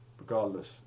regardless